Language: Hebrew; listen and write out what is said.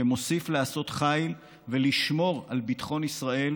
שמוסיף לעשות חיל ולשמור על ביטחון ישראל